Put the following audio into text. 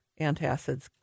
antacids